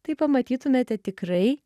tai pamatytumėte tikrai